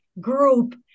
group